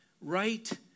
right